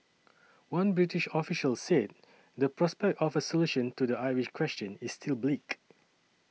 one British official said the prospect of a solution to the Irish question is still bleak